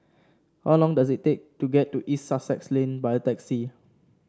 how long does it take to get to East Sussex Lane by taxi